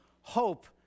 hope